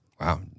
Wow